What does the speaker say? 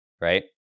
Right